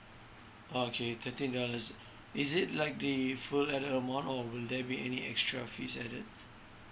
oh okay thirteen dollars is it like the full added amount or will there be any extra fees added